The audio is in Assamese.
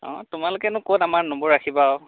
অঁ তোমালোকেনো ক'ত আমাৰ নম্বৰ ৰাখিবা আৰু